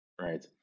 Right